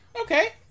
Okay